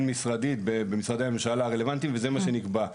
משרדית במשרדי הממשלה הרלוונטיים וזה מה שנקבע,